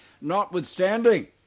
Notwithstanding